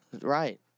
Right